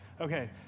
Okay